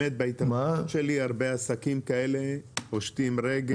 הרבה עסקים כאלה פושטים רגל.